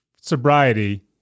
sobriety